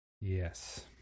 Yes